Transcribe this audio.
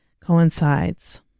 coincides